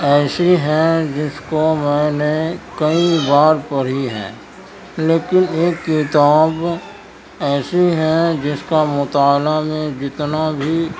ایسی ہیں جس کو میں نے کئی بار پڑھی ہیں لیکن ایک کتاب ایسی ہیں جس کا مطالعہ میں جتنا بھی